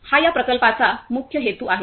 हा या प्रकल्पाचा मुख्य हेतू आहे